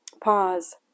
pause